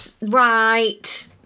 Right